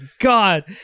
god